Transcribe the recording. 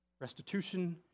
Restitution